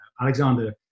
Alexander